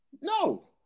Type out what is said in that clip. No